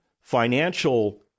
financial